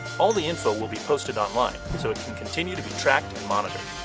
all the info will be posted online, so it can continue to be tracked and monitored.